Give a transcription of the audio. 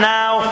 now